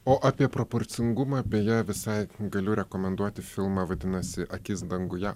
o apie proporcingumą beje visai galiu rekomenduoti filmą vadinasi akis danguje